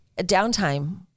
downtime